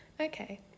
Okay